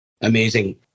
Amazing